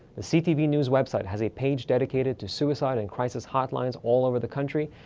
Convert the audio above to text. the ctv news website has a page dedicated to suicide and crisis hotlines all over the country.